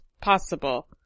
possible